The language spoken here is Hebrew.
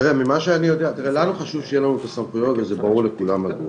הסמכויות וזה ברור לכולם מדוע,